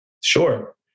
Sure